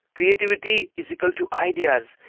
creativity is equal to ideas.